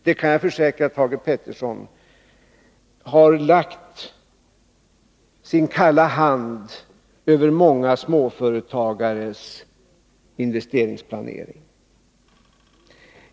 Det, kan jag försäkra Thage Peterson, har lagt sin kalla hand över många småföretagares investeringsplanering.